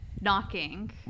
Knocking